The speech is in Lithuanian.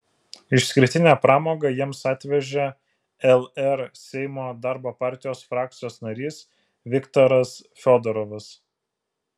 išskirtinę pramogą jiems atvežė lr seimo darbo partijos frakcijos narys viktoras fiodorovas